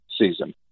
season